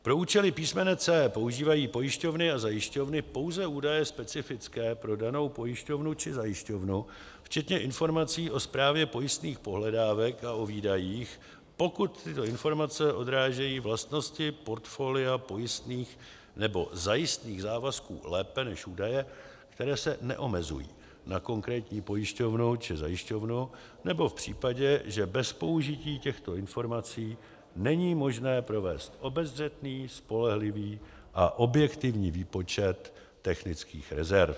Pro účely písmene c) používají pojišťovny a zajišťovny pouze údaje specifické pro danou pojišťovnu či zajišťovnu, včetně informací o správě pojistných pohledávek a o výdajích, pokud tyto informace odrážejí vlastnosti portfolia pojistných nebo zajistných závazků lépe než údaje, které se neomezují na konkrétní pojišťovnu či zajišťovnu, nebo v případě, že bez použití těchto informací není možné provést obezřetný, spolehlivý a objektivní výpočet technických rezerv.